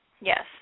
Yes